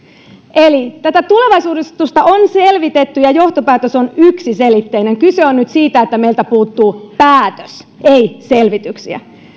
eli tätä tulevaisuusuudistusta on selvitetty ja johtopäätös on yksiselitteinen kyse on nyt siitä että meiltä puuttuu päätös ei selvityksiä